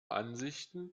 ansichten